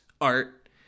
art